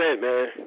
man